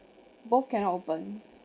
both cannot open